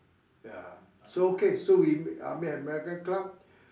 ya so okay so we ah meet at American club